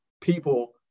people